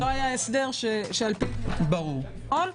לא היה הסדר שלפיו ניתן לפעול.